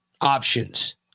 options